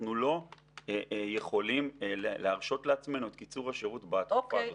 אנחנו לא יכולים להרשות לעצמנו את קיצור השירות בתקופה הזאת.